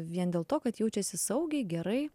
vien dėl to kad jaučiasi saugiai gerai